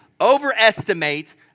overestimate